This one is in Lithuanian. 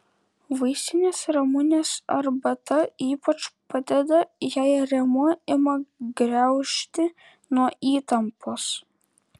vaistinės ramunės arbata ypač padeda jei rėmuo ima graužti nuo įtampos